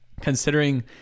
considering